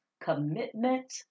commitment